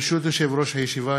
ברשות יושב-ראש הישיבה,